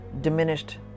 diminished